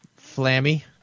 Flammy